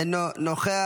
אינו נוכח.